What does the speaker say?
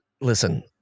listen